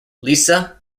lisa